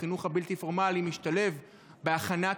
איך החינוך הבלתי-פורמלי משתלב בהכנת